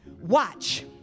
watch